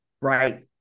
Right